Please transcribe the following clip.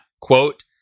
quote